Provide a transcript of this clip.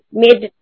made